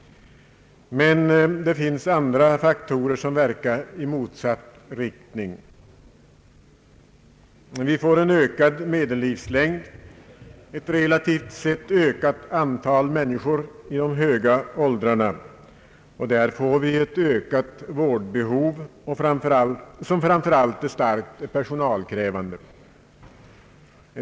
Men det finns andra faktorer som verkar i motsatt riktning. Vi får en ökad medellivslängd, ett relativt sett ökat antal människor i de höga åldrarna. Där får vi ett ökat vårdbehov som framför allt är starkt personalkrävande.